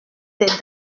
des